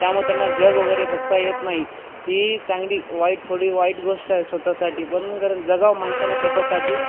त्यामुळे त्यांना जग वगैरे बघता येत नाही ही चांगली वाईट थोडी वाईट गोष्ट आहे स्वत साठी पण कारण जगावं माणसाने स्वत साठी